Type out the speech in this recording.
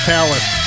Palace